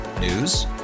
News